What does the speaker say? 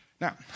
Now